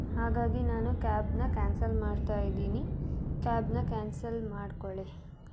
ಹಾಗಾಗಿ ನಾನು ಕ್ಯಾಬನ್ನ ಕ್ಯಾನ್ಸಲ್ ಮಾಡ್ತಾ ಇದ್ದೀನಿ ಕ್ಯಾಬನ್ನ ಕ್ಯಾನ್ಸಲ್ ಮಾಡ್ಕೊಳ್ಳಿ